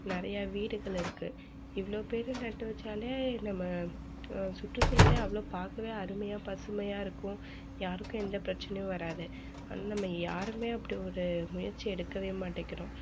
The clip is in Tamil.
நிறையா வீடுகள் இருக்கு இவ்வளோ பேர் நட்டு வைச்சாலே நம்ம சுற்றுசூழல் அவ்வளோ பார்க்கவே அருமையாக பசுமையாக இருக்கும் யாருக்கும் எந்த பிரச்சனையும் வராது ஆனால் நம்ம யாரும் அப்படி ஒரு முயற்சி எடுக்க மாட்டிங் கிறோம்